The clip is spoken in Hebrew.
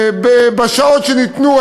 טעות בשעות שניתנו.